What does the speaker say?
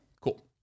Cool